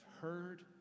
heard